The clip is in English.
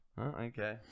okay